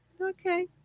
okay